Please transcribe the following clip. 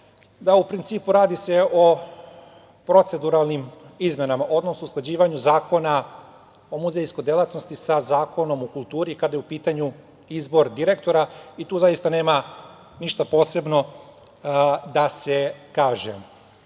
se u principu radi o proceduralnim izmenama, odnosno o usklađivanju Zakona o muzejskoj delatnosti sa Zakonom o kulturi kada je u pitanju izbor direktora i tu zaista nema ništa posebno da se